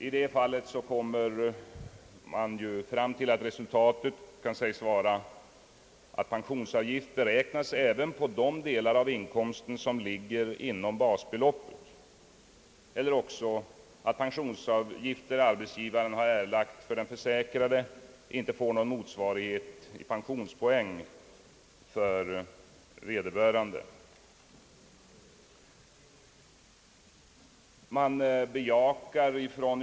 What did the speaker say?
I det fallet blir resultatet, att pensionsavgift beräknas även på de delar av inkomsten som ligger inom basbeloppet, eller också att pensionsavgifter arbetsgivaren erlagt för den försäkrade inte får någon motsvarighet 1 pensionspoäng för vederbörande.